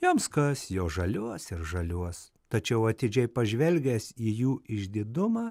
joms kas jos žaliuos ir žaliuos tačiau atidžiai pažvelgęs į jų išdidumą